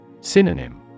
Synonym